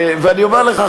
ואני אומר לך,